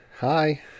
Hi